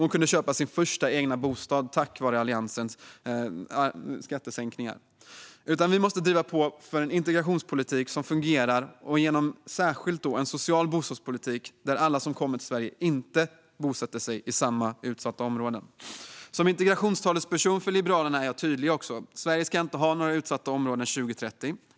Hon kunde köpa sin första egna bostad tack vare Alliansens skattesänkningar. I stället måste vi driva på för en integrationspolitik som fungerar och särskilt en social bostadspolitik där inte alla som kommer till Sverige bosätter sig i samma utsatta områden. Som integrationstalesperson för Liberalerna är jag tydlig: Sverige ska inte ha några utsatta områden 2030.